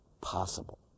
possible